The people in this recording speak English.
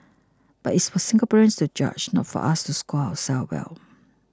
but it's for Singaporeans to judge not for us to score ourselves well